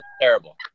terrible